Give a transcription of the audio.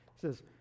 says